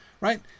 Right